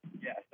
Yes